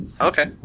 Okay